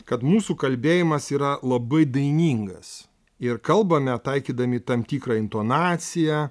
kad mūsų kalbėjimas yra labai dainingas ir kalbame taikydami tam tikrą intonaciją